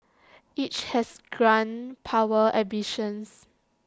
each has grand power ambitions